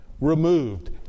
removed